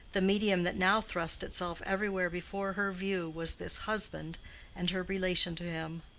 the medium that now thrust itself everywhere before her view was this husband and her relation to him.